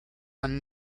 and